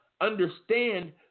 understand